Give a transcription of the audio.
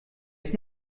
ist